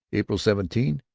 april seventeen,